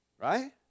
Right